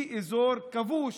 היא אזור כבוש,